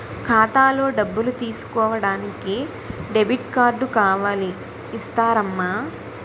ఖాతాలో డబ్బులు తీసుకోడానికి డెబిట్ కార్డు కావాలి ఇస్తారమ్మా